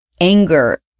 Anger